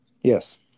Yes